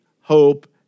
hope